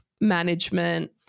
management